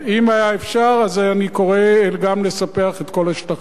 אם היה אפשר, אז אני קורא גם לספח את כל השטחים.